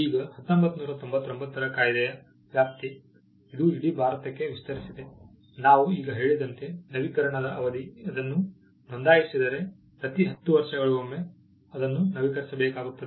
ಈಗ 1999 ರ ಕಾಯಿದೆಯ ವ್ಯಾಪ್ತಿ ಅದು ಇಡೀ ಭಾರತಕ್ಕೆ ವಿಸ್ತರಿಸಿದೆ ನಾವು ಈಗ ಹೇಳಿದಂತೆ ನವೀಕರಣದ ಅವಧಿ ಅದನ್ನು ನೋಂದಾಯಿಸಿದರೆ ಪ್ರತಿ 10 ವರ್ಷಗಳಿಗೊಮ್ಮೆ ಅದನ್ನು ನವೀಕರಿಸಬೇಕಾಗುತ್ತದೆ